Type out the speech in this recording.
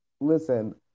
Listen